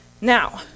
Now